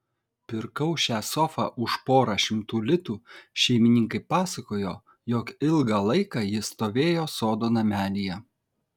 pirkau šią sofą už porą šimtų litų šeimininkai pasakojo jog ilgą laiką ji stovėjo sodo namelyje